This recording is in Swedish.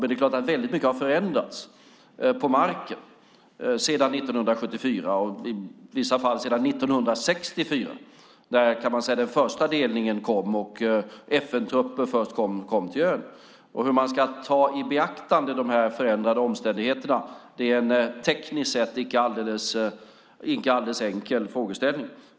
Men det är klart att väldigt mycket har förändrats på marken sedan 1974 och vissa fall sedan 1964, då man kan säga att den första delningen kom och FN-trupper först kom till ön. Hur man ska ta i beaktande de här förändrade omständigheterna är en tekniskt sett icke alldeles enkel frågeställning.